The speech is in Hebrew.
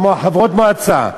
חברות מועצה.